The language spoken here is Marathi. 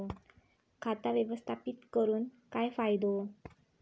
खाता व्यवस्थापित करून काय फायदो?